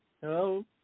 Hello